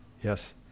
Yes